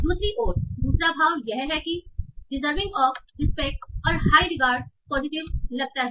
दूसरी ओर दूसरा भाव यह है की डिजर्विंग ऑफ रिस्पेक्ट और हाई रिगार्ड पॉजिटिव लगता है